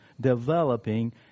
developing